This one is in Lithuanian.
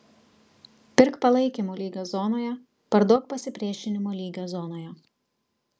pirk palaikymo lygio zonoje parduok pasipriešinimo lygio zonoje